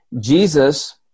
Jesus